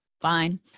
fine